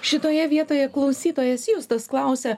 šitoje vietoje klausytojas justas klausia